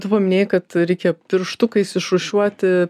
tu paminėjai kad reikia pirštukais išrūšiuoti